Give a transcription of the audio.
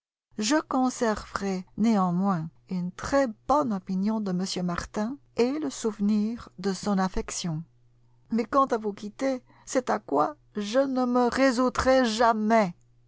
je conserverai néanmoins une très bonne opinion de m martin et le souvenir de son affection mais quant à vous quitter c'est à quoi je ne me résoudrai jamais